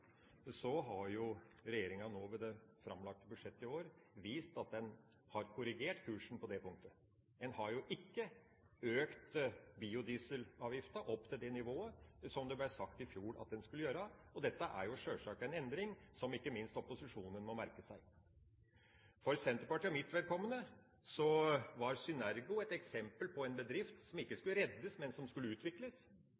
Så mitt spørsmål til Lundteigen blir da: Er denne regjeringen i ferd med å forvitre, slik som Lundteigen spådde i fjor? Når det gjelder det temaet som her er tatt opp, nemlig biodrivstoff, har regjeringa ved det framlagte budsjettet i år vist at den har korrigert kursen på det punktet. En har ikke økt biodieselavgifta til det nivået som det ble sagt i fjor at en skulle gjøre. Dette er sjølsagt en endring som ikke minst opposisjonen må merke seg.